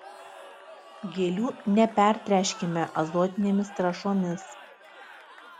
gėlių nepertręškime azotinėmis trąšomis